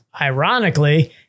ironically